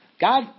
God